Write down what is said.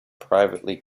privately